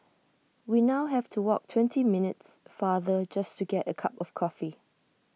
we now have to walk twenty minutes farther just to get A cup of coffee